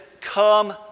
come